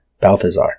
Balthazar